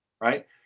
Right